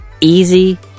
Easy